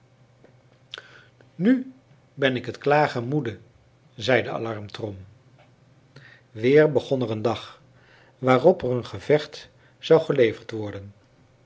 nu ben ik het klagen moede zei de alarmtrom weer begon er een dag waarop er een gevecht zou geleverd worden